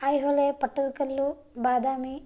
Aihole Pattadakal Badami